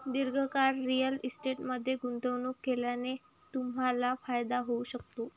दीर्घकाळ रिअल इस्टेटमध्ये गुंतवणूक केल्याने तुम्हाला फायदा होऊ शकतो